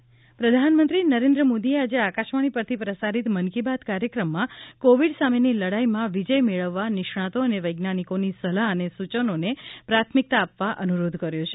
મન કી બાત પ્રધાનમંત્રી નરેન્દ્ર મોદીએ આજે આકાશવાણી પરથી પ્રસારીત મન કી બાત કાર્યક્રમમાં કોવીડ સામેની લડાઇમાં વિજય મેળવવા નિષ્ણાતો અને વૈજ્ઞાનિકોની સલાહ અને સૂચનોને પ્રાથમિકતા આપવા અનુરોધ કર્યો છે